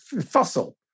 fossil